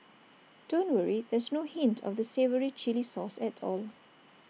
don't worry there's no hint of the savoury Chilli sauce at all